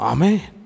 Amen